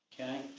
okay